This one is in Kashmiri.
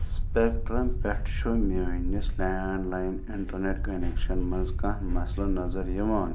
سپیٚکٹرٛم پٮ۪ٹھ چھُ میٛٲنس لینٛڈ لاین انٹرنیٚٹ کۄنیٚکشن منٛز کانٛہہ مسلہٕ نظر یوان